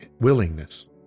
willingness